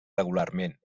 regularment